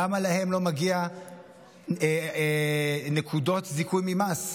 למה להם לא מגיע נקודות זיכוי ממס?